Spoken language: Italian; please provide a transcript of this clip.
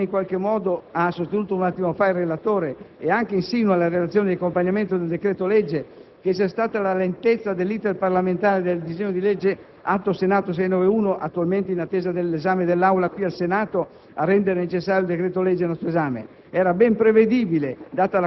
Non appare sostenibile, come in qualche modo ha sostenuto un attimo fa il relatore e come insinua anche la relazione di accompagnamento del decreto-legge, che sia stata la lentezza dell'*iter* parlamentare del disegno di legge Atto Senato n. 691 (attualmente in attesa dell'esame dell'Aula in Senato) a rendere necessario il decreto-legge al nostro esame.